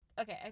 okay